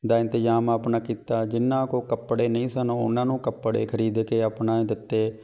ਦਾ ਇੰਤਜ਼ਾਮ ਆਪਣਾ ਕੀਤਾ ਜਿੰਨਾ ਕੋਲ ਕੱਪੜੇ ਨਹੀਂ ਸਨ ਉਹਨਾਂ ਨੂੰ ਕੱਪੜੇ ਖਰੀਦ ਕੇ ਆਪਣਾ ਦਿੱਤੇ